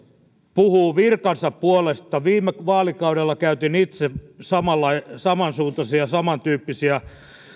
puhuu virkansa puolesta viime vaalikaudella käytin itse samansuuntaisia ja samantyyppisiä